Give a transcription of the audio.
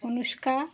Anushka